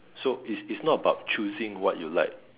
so is it's not about choosing what you like